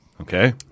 Okay